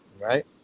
right